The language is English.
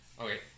Okay